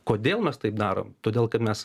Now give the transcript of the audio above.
kodėl mes taip darom todėl kad mes